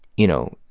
you know,